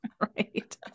Right